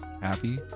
happy